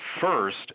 First